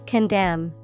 Condemn